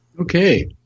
Okay